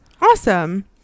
awesome